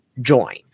join